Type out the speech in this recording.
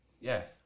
Yes